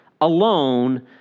alone